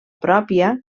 pròpia